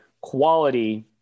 quality